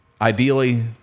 ideally